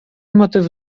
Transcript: motyw